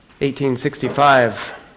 1865